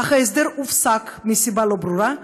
אך ההסדר הופסק מסיבה לא ברורה,